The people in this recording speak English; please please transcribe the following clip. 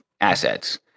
assets